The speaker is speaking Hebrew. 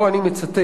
פה אני מצטט: